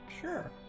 Sure